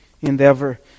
endeavor